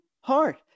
heart